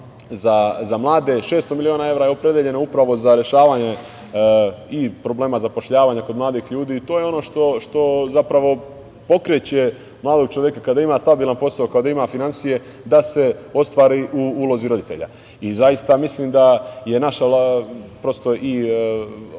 za mlade, 600 miliona evra je opredeljeno upravo za rešavanje problema zapošljavanja kod mladih ljudi. To je ono što zapravo pokreće mladog čoveka, kada ima stabilan posao, kada ima finansije, da se ostvari u ulozi roditelja. Zaista mislim da je naša Vlada, ova